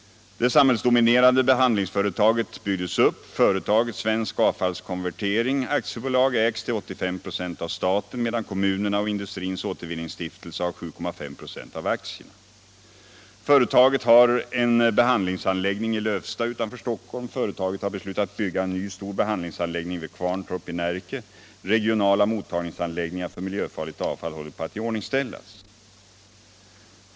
Det samhällsdominerade behandlingsföretaget byggdes upp. Företaget — Svensk Avfallskonvertering Aktiebolag — ägs till 85 26 av staten medan kommunerna och industrins återvinningsstiftelse har 7,5 96 var av aktierna. Företaget har en behandlingsanläggning vid Kvarntorp i Närke. Regionala mottagningsanläggningar för miljöfarligt avfall håller på att iordningställas.